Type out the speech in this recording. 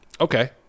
Okay